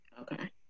Okay